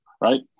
right